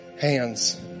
Hands